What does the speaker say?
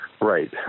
Right